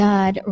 God